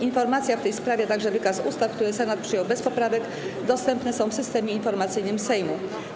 Informacja w tej sprawie, a także wykaz ustaw, które Senat przyjął bez poprawek, dostępne są w Systemie Informacyjnym Sejmu.